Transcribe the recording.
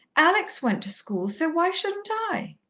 alex went to school, so why shouldn't i?